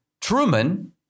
Truman